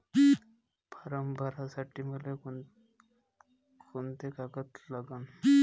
Form भरासाठी मले कोंते कागद लागन?